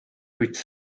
which